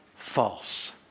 false